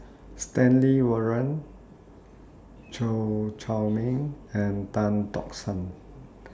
Stanley Warren Chew Chor Meng and Tan Tock San